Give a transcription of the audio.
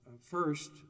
First